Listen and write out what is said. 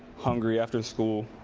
hungry after school.